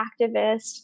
activist